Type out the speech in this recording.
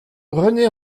rené